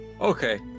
Okay